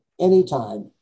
anytime